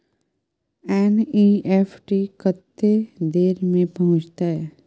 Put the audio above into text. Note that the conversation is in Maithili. एन.ई.एफ.टी कत्ते देर में पहुंचतै?